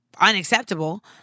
unacceptable